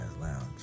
Lounge